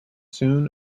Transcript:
soon